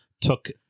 took